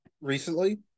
recently